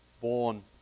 born